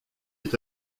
est